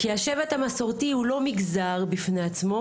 כי השבט המסורתי הוא לא מגזר בפני עצמו.